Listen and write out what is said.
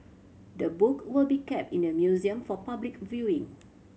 the book will be kept in the museum for public viewing